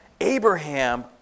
Abraham